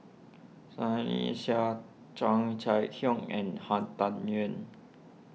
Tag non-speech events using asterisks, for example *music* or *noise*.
Sunny Sia Chia *unintelligible* Hock and Han Tan Juan